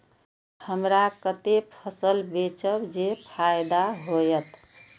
हमरा कते फसल बेचब जे फायदा होयत?